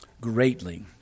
greatly